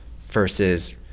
versus